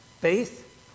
faith